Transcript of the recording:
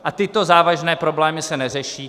A tyto závažné problémy se neřeší.